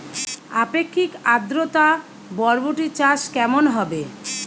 আপেক্ষিক আদ্রতা বরবটি চাষ কেমন হবে?